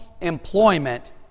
employment